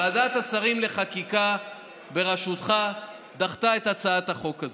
ועדת השרים לחקיקה בראשותך דחתה את הצעת החוק הזאת.